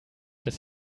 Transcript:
des